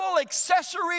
accessory